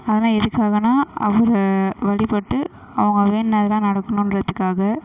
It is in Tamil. அதெல்லாம் எதுக்காகனா அவங்க வழிபட்டு அவங்க வேண்டுனதெல்லாம் நடக்கணுன்றதுக்காக